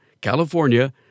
California